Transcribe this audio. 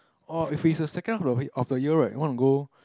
or if it's the second of the week of the year right wanna go